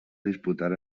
disputar